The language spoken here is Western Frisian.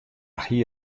hie